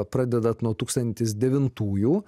pradedant nuo tūkstantis devintųjų